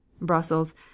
Brussels